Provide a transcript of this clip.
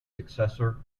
successor